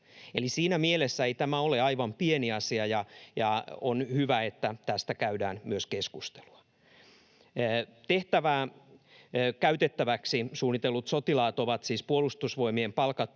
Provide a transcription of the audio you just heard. siinä mielessä ei tämä ole aivan pieni asia, ja on hyvä, että tästä käydään myös keskustelua. Tehtävään käytettäviksi suunnitellut sotilaat ovat siis Puolustusvoimien palkattua